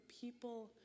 people